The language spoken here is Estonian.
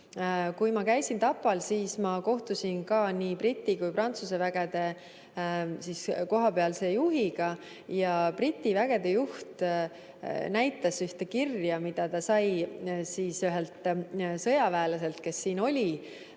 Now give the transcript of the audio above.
Kui ma käisin Tapal, siis ma kohtusin ka nii Briti kui ka Prantsuse vägede kohapealse juhiga. Briti vägede juht näitas kirja, mille ta oli saanud ühelt sõjaväelaselt, kes siin oli.